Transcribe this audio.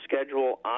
schedule